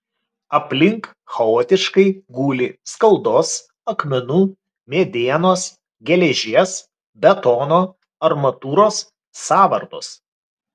aplink chaotiškai guli skaldos akmenų medienos geležies betono armatūros sąvartos